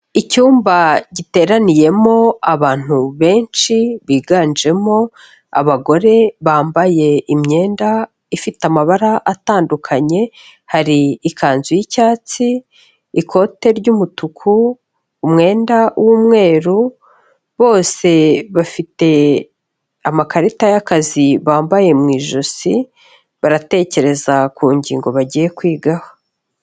Icyumba giteraniyemo abantu benshi biganjemo abagore bambaye imyenda ifite amabara atandukanye, hari ikanzu y'icyatsi, ikote ry'umutuku, umwenda w'umweru, bose bafite amakarita y'akazi bambaye mu ijosi, baratekereza ku ngingo bagiye kwigaho.